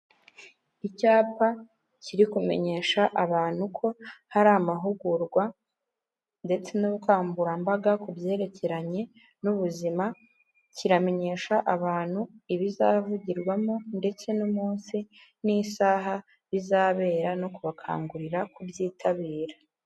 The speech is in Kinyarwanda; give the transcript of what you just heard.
Icyapa kiri kumenyesha abantu ko hari amahugurwa ndetse n'ubukangurambaga ku byerekeranye n'ubuzima kiramenyesha abantu ibizavugirwamo ndetse n'umunsi n'isaha bizabera no kubakangurira kubyitabira.